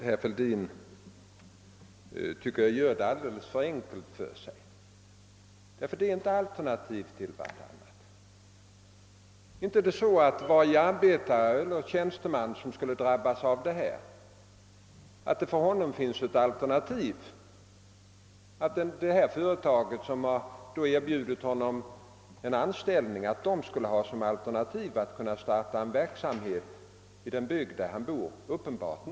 Herr talman! Jag tycker att herr Fälldin gör det alldeles för enkelt för sig, eftersom det här inte rör sig om alternativa åtgärder. Inte är det så att det för varje arbetare eller tjänsteman som skulle drabbas finns ett alternativ, så att det företag som erbjudit vederbörande anställning skulle kunna — alltså som alternativ — starta en verksamhet i den bygd där vederbörande bor.